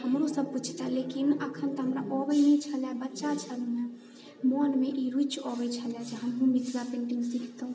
तऽ हमरोसँ पूछतिऐ लेकिन अखन तऽ हमरा अबैत नहि छलऽ बच्चा छलहुँ मोनमे ई रुचि अबैत छलऽ जे हमहुँ मिथिला पेंटिङ्ग सीखतहुँ